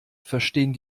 verstehen